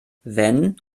wenn